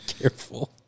careful